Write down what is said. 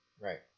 Right